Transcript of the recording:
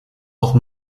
noch